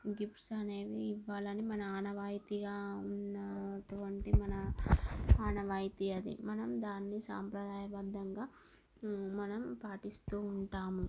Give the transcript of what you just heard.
gifts అనేవి ఇవ్వాలని మన ఆనవాయితీగా ఉన్నటువంటి మన ఆనవాయితీ అది మనం దానిని సాంప్రదాయబద్ధంగా మనం పాటిస్తూ ఉంటాము